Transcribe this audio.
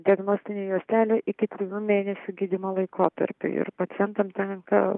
diagnostinių juostelių iki trijų mėnesių gydymo laikotarpiui ir pacientam tenka